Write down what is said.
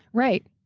right.